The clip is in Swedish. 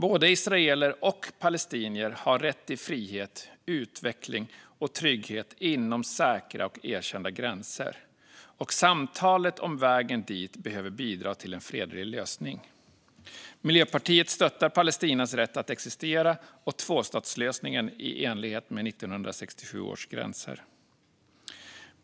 Både israeler och palestinier har rätt till frihet, utveckling och trygghet inom säkra och erkända gränser. Och samtalet om vägen dit behöver bidra till en fredlig lösning. Miljöpartiet stöttar Palestinas rätt att existera och tvåstatslösningen i enlighet med 1967 års gränser.